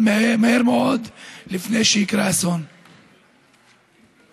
אני שמח שיש הסכמה לאומית רחבה בבית הזה גם סביב החוק הזה,